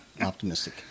Optimistic